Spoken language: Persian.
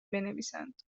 بنویسند